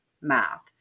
math